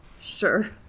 Sure